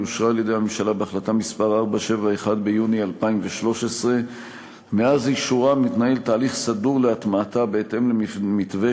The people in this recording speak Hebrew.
היא אושרה על-ידי הממשלה בהחלטה מס' 471 ביוני 2013. מאז אישורה מתנהל תהליך סדור להטמעתה בהתאם למתווה